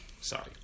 Sorry